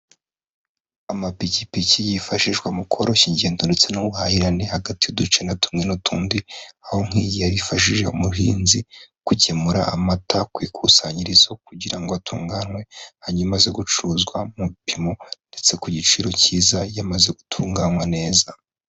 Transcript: Amapikipiki yifashishwa mu koroshya ingendo ndetse n'ubuhahirane, hagati y'uduce na tumwe n'utundi, aho nk'iya yarifashije umuhinzi gukemura amata ku ikusanyirizo kugira ngo atunganywe, hanyuma amaze gucuruzwa mu bipimo ndetse ku giciro cyiza yamaze gutunganywa neza.